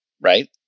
right